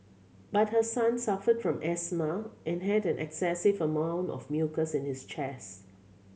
but her son suffered from asthma and had an excessive amount of mucus in his chest